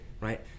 Right